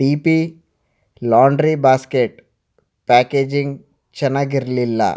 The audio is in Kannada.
D P laundry basket packaging ಚೆನ್ನಾಗಿರಲಿಲ್ಲ